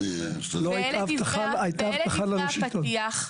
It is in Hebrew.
ואלה דברי הפתיח,